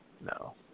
No